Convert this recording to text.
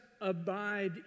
abide